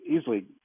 easily